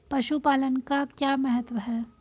पशुपालन का क्या महत्व है?